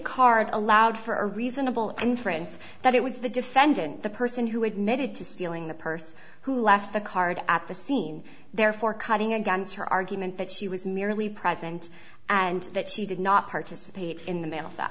card allowed for reasonable and friends that it was the defendant the person who admitted to stealing the purse who left the card at the scene therefore cutting against her argument that she was merely present and that she did not participate in the mail